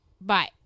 Bye